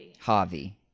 Javi